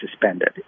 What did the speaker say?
suspended